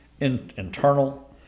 internal